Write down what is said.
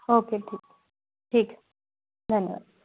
okay ठीक ठीक है धन्यवाद